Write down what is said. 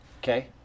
Okay